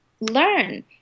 learn